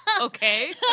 Okay